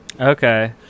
Okay